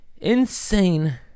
Insane